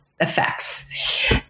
effects